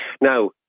Now